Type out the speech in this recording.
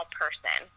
person